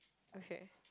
okay